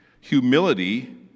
humility